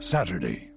Saturday